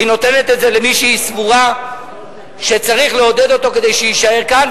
היא נותנת את זה למי שהיא סבורה שצריך לעודד אותו כדי שיישאר כאן.